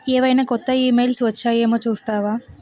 ఏవైనా కొత్త ఈమెయిల్స్ వచ్చాయేమో చూస్తావా